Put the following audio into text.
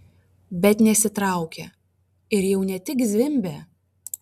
bet nesitraukia ir jau ne tik zvimbia